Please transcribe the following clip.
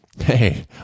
Hey